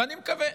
ואני מקווה,